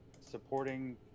supporting